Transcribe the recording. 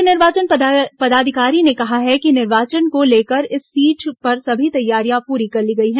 मुख्य निर्वाचन पदाधिकारी ने कहा है कि निर्वाचन को लेकर इस सीट पर सभी तैयारियां पूरी कर ली गई हैं